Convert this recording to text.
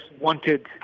wanted